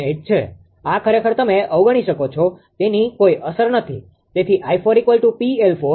00000898 છે આ ખરેખર તમે અવગણી શકો છો તેની કોઈ અસર નથી